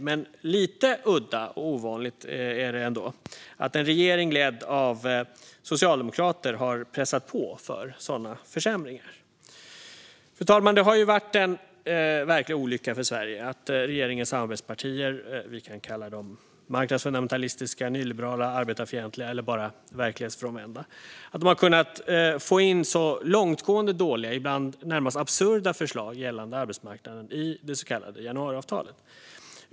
Men lite udda och ovanligt är det att en regering ledd av socialdemokrater har pressat på för sådana försämringar. Fru talman! Det har ju varit en verklig olycka för Sverige att regeringens samarbetspartier - vi kan kalla dem marknadsfundamentalistiska, nyliberala, arbetarfientliga eller bara verklighetsfrånvända - har kunnat få in så långtgående dåliga, ibland närmast absurda, förslag gällande arbetsmarknaden i det så kallade januariavtalet.